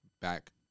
back